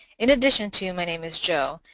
in addition to my name is joe,